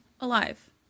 Alive